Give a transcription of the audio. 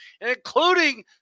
including